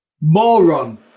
moron